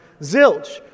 Zilch